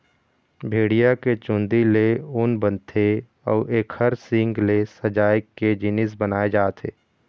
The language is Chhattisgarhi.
भेड़िया के चूंदी ले ऊन बनथे अउ एखर सींग ले सजाए के जिनिस बनाए जाथे